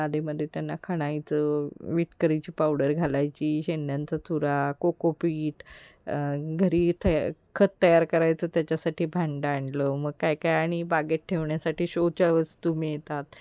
अधेमध्ये त्यांना खणायचं वीटकरीची पावडर घालायची शेंड्यांचा चुरा कोकोपीट घरी थ खत तयार करायचं त्याच्यासाठी भांडं आणलं मग काय काय आणि बागेत ठेवण्यासाठी शोच्या वस्तू मिळतात